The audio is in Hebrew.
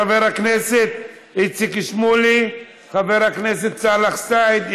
חבר הכנסת איציק שמולי; חבר הכנסת סאלח סעד,